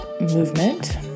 Movement